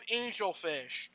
angelfish